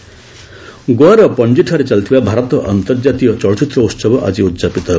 ଇପି ଗୋଆର ପନ୍ଜୀଠାରେ ଚାଲିଥିବା ଭାରତ ଅନ୍ତର୍ଜାତୀୟ ଚଳଚ୍ଚିତ୍ର ଉତ୍ସବ ଆକି ଉଦ୍ଯାପିତ ହେବ